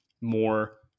more